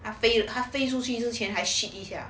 他 failed 他飞出去之前还 shit 一下